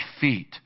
feet